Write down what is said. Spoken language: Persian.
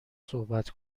صحبت